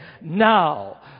Now